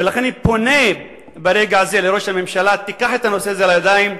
ולכן אני פונה ברגע הזה לראש הממשלה: תיקח את הנושא הזה לידיים.